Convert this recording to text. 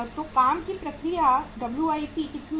तो काम की प्रक्रिया WIP कितना है